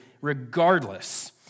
regardless